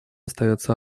остается